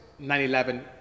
911